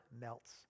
melts